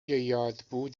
یادبود